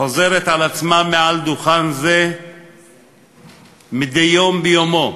חוזרת על עצמה מעל דוכן זה מדי יום ביומו.